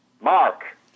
Mark